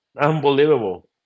Unbelievable